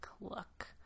look